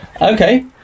okay